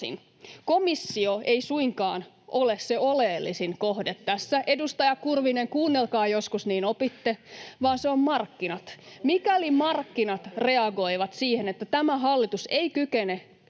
komissio ei suinkaan ole se oleellisin kohde tässä [Antti Kurvisen välihuuto] — edustaja Kurvinen, kuunnelkaa joskus, niin opitte — vaan se on markkinat. Mikäli markkinat reagoivat siihen, että tämä hallitus ei kykene